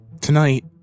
Tonight